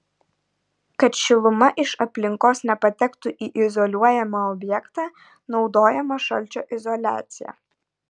kad šiluma iš aplinkos nepatektų į izoliuojamą objektą naudojama šalčio izoliacija